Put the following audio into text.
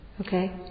Okay